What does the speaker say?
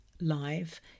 live